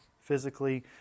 physically